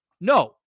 No